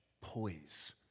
poise